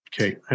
Okay